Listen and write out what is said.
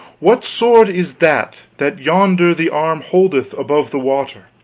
what sword is that, that yonder the arm holdeth above the water?